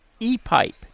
E-pipe